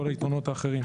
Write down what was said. כל היתרונות האחרים.